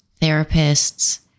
therapists